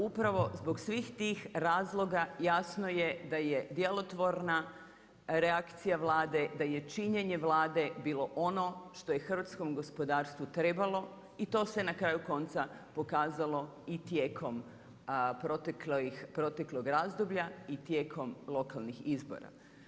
Upravo zbog svih tih razloga, jasno je djelotvorna reakcija Vlade, da je činjenje Vlade bilo ono što je hrvatskom gospodarstvu trebalo i to se na kraju konca pokazalo i tijekom proteklog razdoblja i tijekom lokalnih izbora.